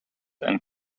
and